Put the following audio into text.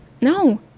No